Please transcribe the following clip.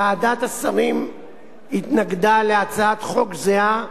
ועדת השרים התנגדה להצעת חוק זהה,